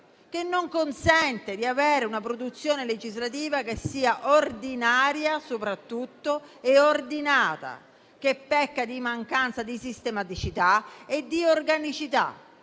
che non consente di avere una produzione legislativa ordinaria e soprattutto ordinata, perché pecca di mancanza di sistematicità e di organicità.